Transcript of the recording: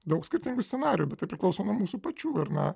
daug skirtingų scenarijų bet tai priklauso nuo mūsų pačių ir na